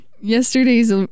Yesterday's